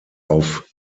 auf